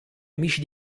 amici